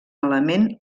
element